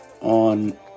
on